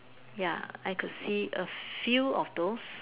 ya I could see a few of those